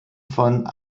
von